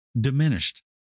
diminished